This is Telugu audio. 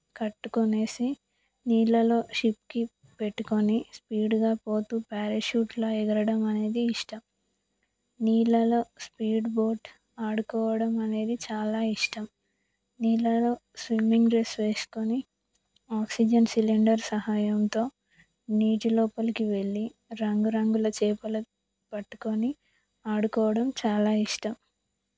కట్టుకొని నీళ్ళలో షిప్ పెట్టుకొని స్పీడ్గా పోతు పారాషూట్లో ఎగరడం అనేది ఇష్టం నీళ్ళలో స్పీడ్ బోట్ ఆడుకోవడం అనేది చాలా ఇష్టం నీళ్ళలో స్విమ్మింగ్ డ్రస్ వేసుకొని ఆక్సిజన్ సిలిండర్ సహాయంతో నీటి లోపలికి వెళ్ళి రంగురంగుల చేపలు పట్టుకొని ఆడుకోవడం చాలా ఇష్టం